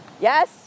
Yes